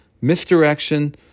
misdirection